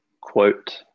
quote